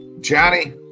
Johnny